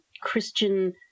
Christian